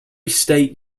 state